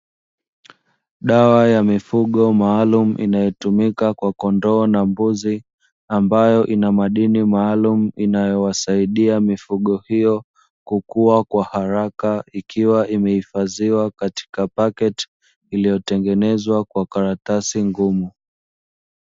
Dawa ya mifugoo maalumu inayotumika kwa kondoo na mbuzi, ambayo ina madini maalumu, inayowasidia mifugo hiyo kukua kwa haraka ikiwa imehifadhiwa katika paketi iliyotengenezwa kwa karatasi ngumu.